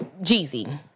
Jeezy